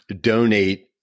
donate